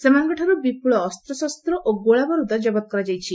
ସେମାନଙ୍କଠାରୁ ବିପୁଳ ଅସ୍ତଶସ୍ତ ଓ ଗୋଳାବାରୁଦ ଜବତ କରାଯାଇଛି